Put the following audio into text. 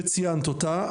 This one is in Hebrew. וציינת אותה.